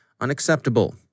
unacceptable